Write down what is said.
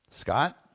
Scott